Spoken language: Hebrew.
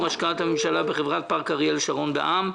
השקעת הממשלה בחברת פארק אריאל שרון בע"מ.